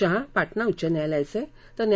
शहा पाटणा उच्च न्यायालयाचे तर न्या